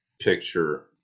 picture